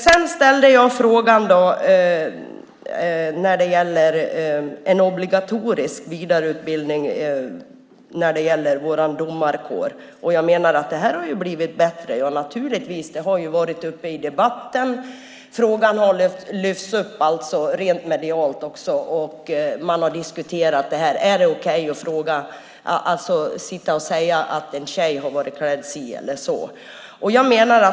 Jag ställde frågan om en obligatorisk vidareutbildning av domarkåren. Det har naturligtvis blivit bättre. Det har varit uppe i debatten. Frågan har lyfts upp rent medialt också. Man har diskuterat om det är okej att säga att en tjej har varit klädd si eller så.